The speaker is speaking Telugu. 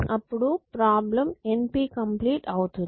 అప్పుడు ప్రాబ్లం NP కంప్లీట్ అవుతుంది